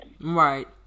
Right